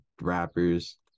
rappers